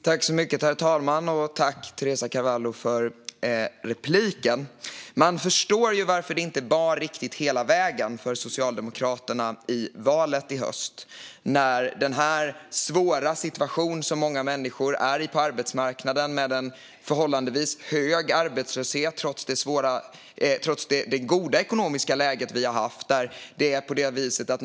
Herr talman! Jag tackar Teresa Carvalho för repliken. Man förstår ju varför det inte bar riktigt hela vägen för Socialdemokraterna i valet i höstas. Många hade varit i en svår situation på arbetsmarknaden med en förhållandevis hög arbetslöshet, trots det goda ekonomiska läge vi har haft.